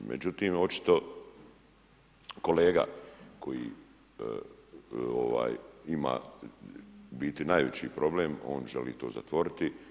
Međutim, očito kolega koji ima u biti najveći problem, on želi to zatvoriti.